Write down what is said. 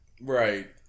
Right